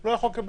לא יכול לקבל.